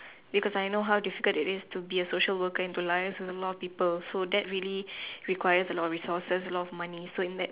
because I know how difficult it is to be a social worker into life and the amount of people so that really requires a lot of resources a lot of money so in that